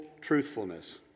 truthfulness